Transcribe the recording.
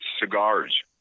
cigars